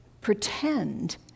pretend